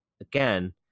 again